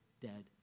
dead